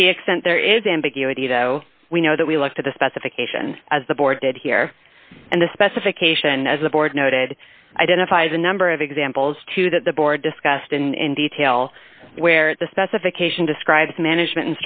to the extent there is ambiguity though we know that we looked at the specification as the board did here and the specification as the board noted identifies a number of examples two that the board discussed in detail where the specification describes management